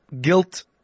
guilt